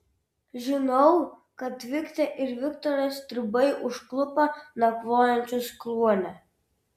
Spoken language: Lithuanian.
žinau kad viktę ir viktorą stribai užklupo nakvojančius kluone